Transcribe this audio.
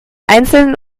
einzeln